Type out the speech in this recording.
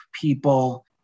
people